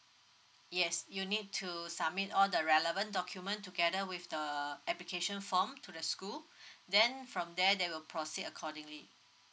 yes you need to submit all the relevant document together with the application form to the school then from there they will proceed accordingly